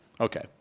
Okay